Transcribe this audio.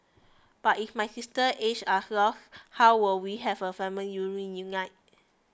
but if my sister's ashes are how will we have a family